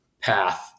path